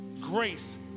grace